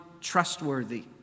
trustworthy